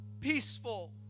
peaceful